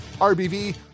RBV